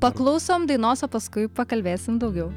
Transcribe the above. paklausom dainos o paskui pakalbėsim daugiau